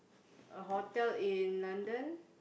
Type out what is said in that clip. a hotel in London